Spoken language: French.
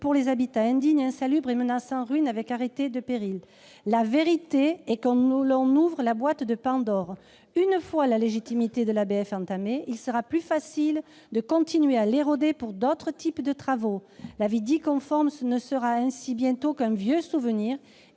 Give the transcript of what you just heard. et l'habitat indigne, insalubre et menaçant ruine avec arrêté de péril. La vérité est que l'on ouvre la boîte de Pandore. Une fois la légitimité de l'ABF entamée, il sera plus facile de continuer à l'éroder pour d'autres types de travaux. L'avis dit « conforme » ne sera ainsi bientôt qu'un vieux souvenir,